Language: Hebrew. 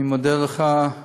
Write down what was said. אני מודה לך,